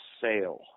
sale